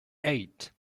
eight